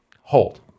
hold